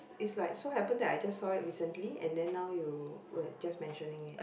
is like so happen that I just saw it recently and then now you were just mentioning it